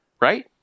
right